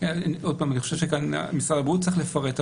אני חושב שכאן משרד הבריאות צריך לפרט,